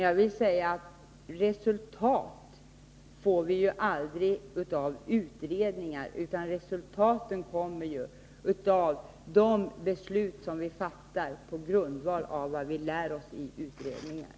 Jag vill säga att resultat får vi aldrig av utredningar, utan resultaten kommer av de beslut som vi fattar på grundval av vad vi lär oss genom utredningar.